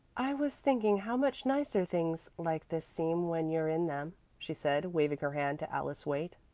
i was thinking how much nicer things like this seem when you're in them, she said, waving her hand to alice waite.